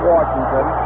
Washington